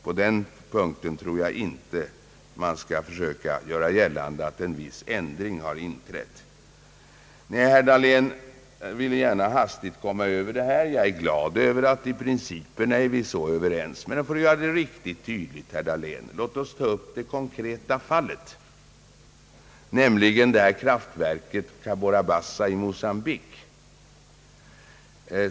På den punkten tror jag inte att man skall försöka göra gällande att en viss ändring har inträtt. Herr Dahlén ville gärna hastigt komma över det här. Jag är glad över att vi är så överens i fråga om principerna, men låt oss för att göra det riktigt tydligt, herr Dahlén, ta upp det konkreta fallet, nämligen kraftverket Cabora Bassa i Mocambique.